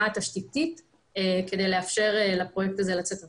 התשתיתית כדי לאפשר לפרויקט הזה לצאת לפועל.